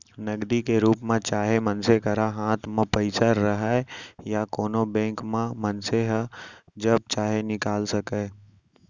नगदी के रूप म चाहे मनसे करा हाथ म पइसा रहय या कोनों बेंक म मनसे ह जब चाहे निकाल सकय